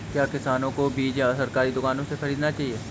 क्या किसानों को बीज सरकारी दुकानों से खरीदना चाहिए?